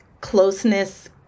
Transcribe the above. closeness